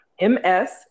ms